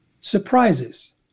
surprises